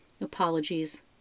apologies